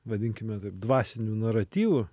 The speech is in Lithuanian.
vadinkime taip dvasiniu naratyvu